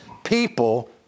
people